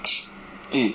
eh